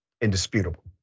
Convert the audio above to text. indisputable